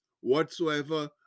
whatsoever